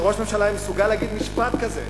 שראש ממשלה יהיה מסוגל להגיד משפט כזה,